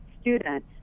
student